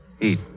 Eat